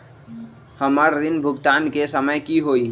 हमर ऋण भुगतान के समय कि होई?